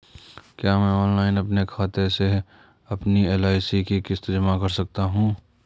क्या मैं ऑनलाइन अपने खाते से अपनी एल.आई.सी की किश्त जमा कर सकती हूँ?